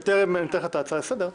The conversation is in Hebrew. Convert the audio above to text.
בטרם אני אתן לך להציע את ההצעה לסדר,